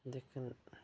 लेकिन